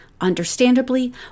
Understandably